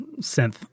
synth